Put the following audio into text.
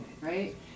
right